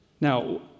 Now